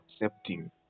accepting